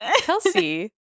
Kelsey